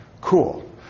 Cool